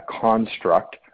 construct